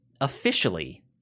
officially